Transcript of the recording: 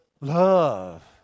Love